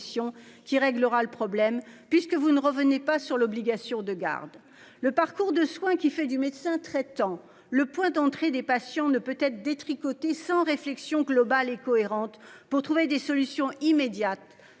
qui réglera le problème puisque vous ne revenait pas sur l'obligation de garde, le parcours de soins qui fait du médecin traitant le point d'entrée des patients ne peut être détricoté sans réflexion globale et cohérente pour trouver des solutions immédiates